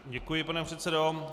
Děkuji, pane předsedo.